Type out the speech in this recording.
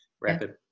rapid